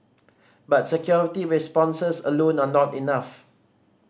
but security responses alone are not enough